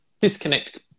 disconnect